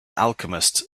alchemist